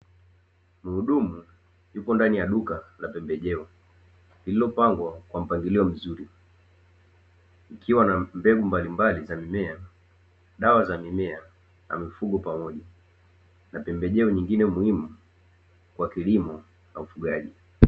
Mhudumu yupo katika duka la pembejeo, lililopangwa kwa mpangilio mzuri. Kukiwa na mbegu mbali mbali za mimea, dawa za mimea pamoja na mifugo. bNa pembejeo nyingine muhimu kwa kilimo na ufugaji.